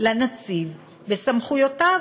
לנציב בסמכויותיו.